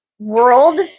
world